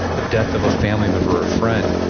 a death of a family member or a friend.